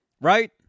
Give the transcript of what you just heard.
Right